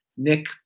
Nick